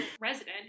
resident